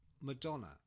Madonna